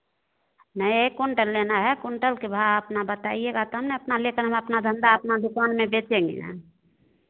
नहीं एक कुंटल लेना है कुंटल के भाव अपना बताइएगा तब ना अपना लेकर हम अपना धंदा अपना दुकान में बेचेंगे यह